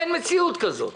אין מציאות כזאת,